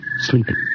sleeping